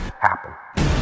happen